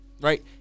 right